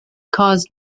caused